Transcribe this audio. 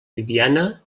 bibiana